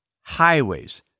highways